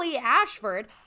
Ashford